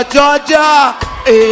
Georgia